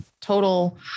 total